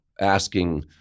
asking